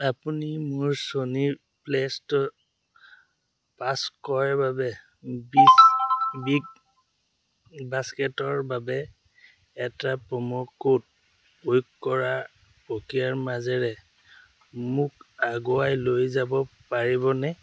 আপুনি মোৰ ছনীৰ প্লে'ষ্টৰ পাঁচ ক্ৰয়ৰ বাবে বিছ বিগবাস্কেটৰ বাবে এটা প্ৰম' কোড প্ৰয়োগ কৰাৰ প্ৰক্ৰিয়াৰ মাজেৰে মোক আগুৱাই লৈ যাব পাৰিবনে